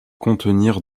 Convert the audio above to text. contenir